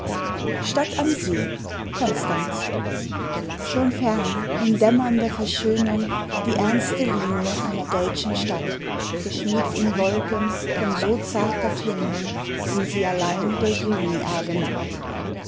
schon fern in dämmernder verschönung die ernste linie einer deutschen stadt geschmiegt in wolken von so zarter tönung wie sie allein der juniabend hat